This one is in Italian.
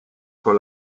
con